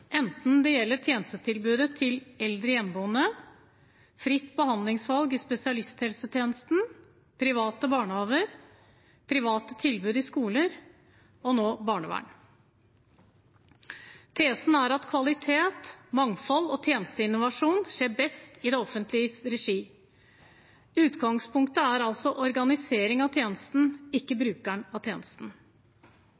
enten det gjelder tjenestetilbudet til eldre hjemmeboende, fritt behandlingsvalg i spesialisthelsetjenesten, private barnehager, private tilbud i skoler eller nå barnevern. Tesen er at kvalitet, mangfold og tjenesteinnovasjon skjer best i det offentliges regi. Utgangspunktet er altså organiseringen av tjenesten – ikke